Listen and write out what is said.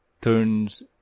turns